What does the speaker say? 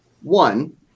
One